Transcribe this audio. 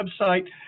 website